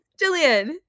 Jillian